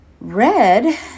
red